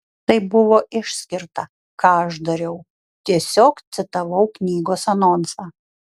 tai buvo išskirta ką aš dariau tiesiog citavau knygos anonsą